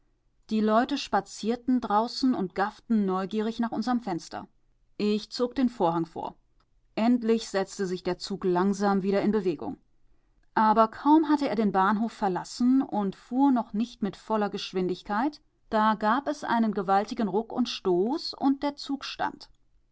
die leute spazierten draußen und gafften neugierig nach unserem fenster ich zog den vorhang vor endlich setzte sich der zug langsam wieder in bewegung aber kaum hatte er den bahnhof verlassen und fuhr noch nicht mit voller geschwindigkeit da gab es einen gewaltigen ruck und stoß und der zug